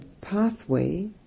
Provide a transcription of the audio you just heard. pathway